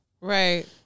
Right